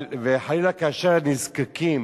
וחלילה כאשר נזקקים